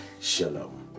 Shalom